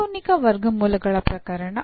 ಕಾಲ್ಪನಿಕ ವರ್ಗಮೂಲಗಳ ಪ್ರಕರಣ